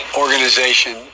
organization